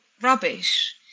rubbish